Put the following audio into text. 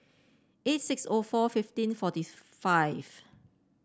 eight six O four fifteen forty five